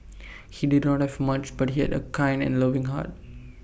he did not have much but he had A kind and loving heart